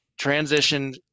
transitioned